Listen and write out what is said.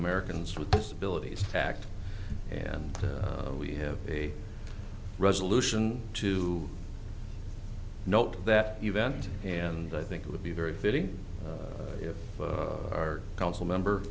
americans with disabilities act and we have a resolution to note that event and i think it would be very fitting if our council member